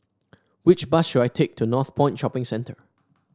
which bus should I take to Northpoint Shopping Centre